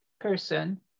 person